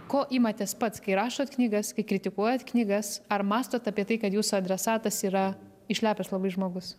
ko imatės pats kai rašot knygas kai kritikuojat knygas ar mąstot apie tai kad jūsų adresatas yra išlepęs labai žmogus